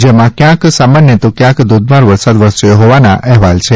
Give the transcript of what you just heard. જેમાં કથાંક સામાન્ય તો કથાંક ધોધમાર વરસાદ વરસ્યો હોવાના અહેવાલ છે